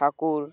ঠাকুর